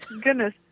goodness